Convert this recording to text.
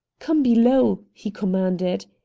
come below! he commanded.